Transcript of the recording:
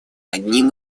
одним